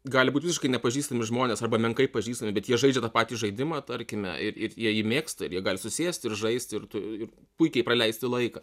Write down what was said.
gali būt visiškai nepažįstami žmonės arba menkai pažįstami bet jie žaidžia tą patį žaidimą tarkime ir ir jie jį mėgsta ir jie gali susėsti ir žaisti ir tu ir puikiai praleisti laiką